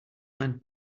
man